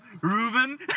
Reuben